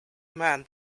man